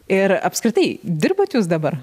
ir apskritai dirbat jūs dabar